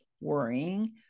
worrying